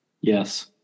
Yes